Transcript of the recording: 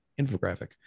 infographic